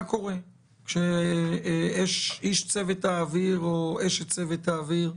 מה קורה כשאיש צוות האוויר או אשת צוות האוויר,